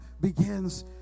begins